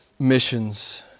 missions